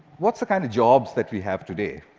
what are the kind of jobs that we have today?